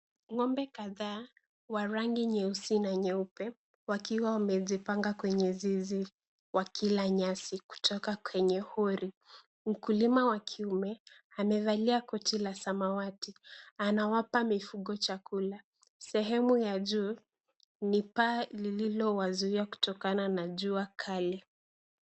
Ng'ombe kadhaa, wa rangi nyeusi na nyeupe, wakiwa wamejipanga kwenye zizi wakila nyasi kutoka kwenye huri. Mkulima wa kiume, amevalia koti la samawati, anawapa mifugo chakula. Sehemu ya juu, ni paa lililowazuia kutokana na jua kali.